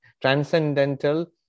transcendental